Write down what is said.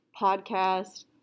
podcast